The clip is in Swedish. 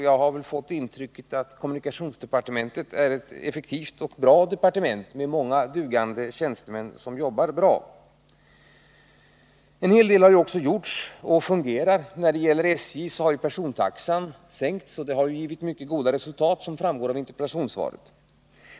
Jag har fått intrycket att kommunikationsdepartementet är ett effektivt och bra departement med många dugande tjänstemän som jobbar bra. En hel del har ju också gjorts. När det gäller SJ har ju persontaxan sänkts. Det har gett mycket gott resultat, vilket framgår av interpellationssvaret.